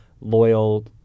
loyal